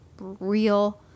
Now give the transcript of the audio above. real